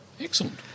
Excellent